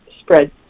spread